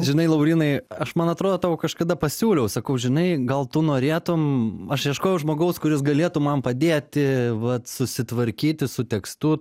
žinai laurynai aš man atrodo tau kažkada pasiūliau sakau žinai gal tu norėtum aš ieškojau žmogaus kuris galėtų man padėti vat susitvarkyti su tekstu